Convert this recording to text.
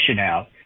out